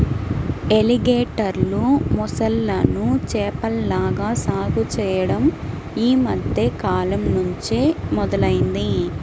ఎలిగేటర్లు, మొసళ్ళను చేపల్లాగా సాగు చెయ్యడం యీ మద్దె కాలంనుంచే మొదలయ్యింది